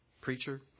preacher